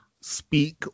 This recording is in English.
speak